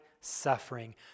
suffering